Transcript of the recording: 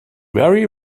very